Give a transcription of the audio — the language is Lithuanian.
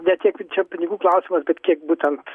ne tiek čia pinigų klausimas bet kiek būtent